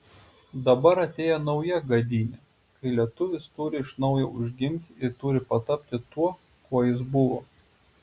dabar atėjo nauja gadynė kai lietuvis turi iš naujo užgimti ir turi patapti tuo kuo jis buvo